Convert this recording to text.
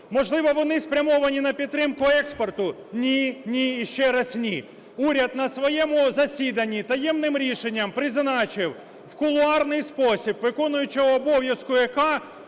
Можливо, вони спрямовані на підтримку експорту? Ні, ні і ще раз ні! Уряд на своєму засіданні таємним рішенням призначив в кулуарний спосіб виконуючого обов'язки ЕКА